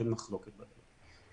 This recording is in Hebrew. אין מחלוקת על כך.